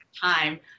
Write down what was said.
time